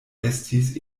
estis